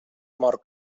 mort